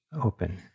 open